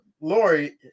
Lori